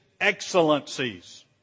excellencies